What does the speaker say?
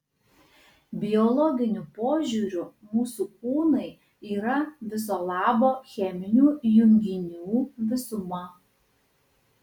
biologiniu požiūriu mūsų kūnai yra viso labo cheminių junginių visuma